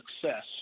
success